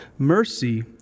Mercy